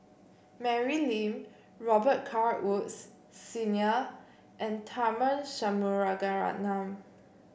Mary Lim Robet Carr Woods Senior and Tharman Shanmugaratnam